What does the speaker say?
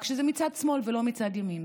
רק שזה מצד שמאל ולא מצד ימין.